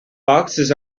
foxes